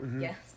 Yes